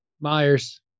Myers